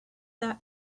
that